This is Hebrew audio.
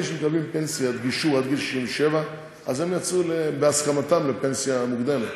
אלה שמקבלים פנסיית גישור עד גיל 67 יצאו בהסכמתם לפנסיה מוקדמת.